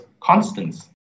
constants